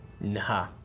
Nah